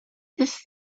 this